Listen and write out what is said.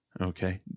Okay